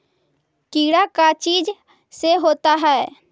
कीड़ा का चीज से होता है?